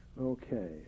okay